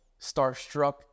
starstruck